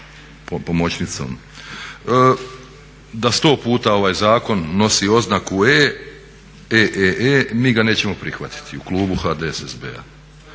Da sto puta ovaj zakon nosi oznaku "E", "EEE" mi ga nećemo prihvatiti u klubu HDSSB-a.